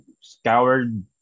scoured